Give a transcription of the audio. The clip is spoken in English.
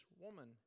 woman